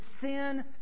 sin